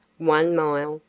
one mile,